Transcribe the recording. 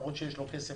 למרות שיש לו כסף,